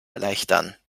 erleichtern